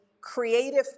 creative